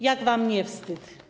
Jak wam nie wstyd?